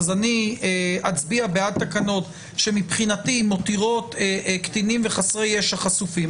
אני אצביע בעד תקנות שמבחינתי מותירות קטינים וחסרי ישע חשופים,